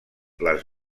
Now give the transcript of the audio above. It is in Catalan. les